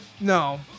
No